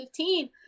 2015